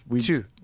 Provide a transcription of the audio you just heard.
Two